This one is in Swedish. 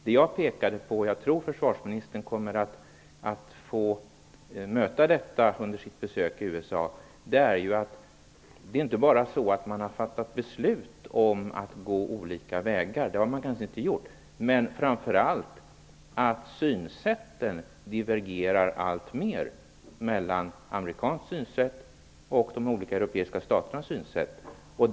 Det jag pekade på - jag tror att försvarsministern kommer att få möta detta under sitt besök i USA - är att det inte bara är så att man har fattat beslut om att gå olika vägar. Det har man kanske inte gjort, men framför allt divergerar synsätten alltmera. Det gäller då det amerikanska synsättet och de olika europeiska staternas synsätt.